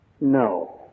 no